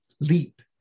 leap